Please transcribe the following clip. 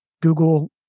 Google